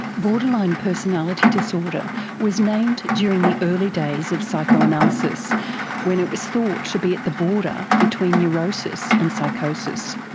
borderline personality disorder was named during the early days of psychoanalysis when it was thought to be at the border between neurosis and psychosis.